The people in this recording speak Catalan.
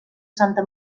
santa